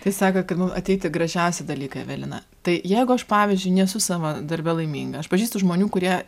tai sako kad ateiti gražiausi dalykai evelina tai jeigu aš pavyzdžiui nesu savo darbe laiminga aš pažįstu žmonių kurie